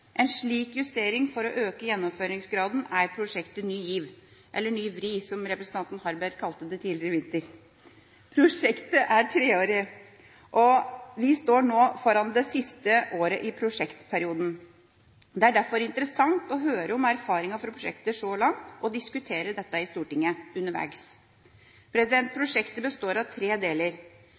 for å øke gjennomføringsgraden er prosjektet Ny GIV – eller «Ny VRI», som representanten Harberg kalte det tidligere i vinter. Prosjektet er treårig, og vi står nå foran det siste året i prosjektperioden. Det er derfor interessant å høre om erfaringene fra prosjektet så langt, og diskutere dette i Stortinget, underveis. Prosjektet består av tre deler: